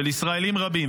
של ישראלים רבים.